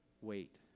Wait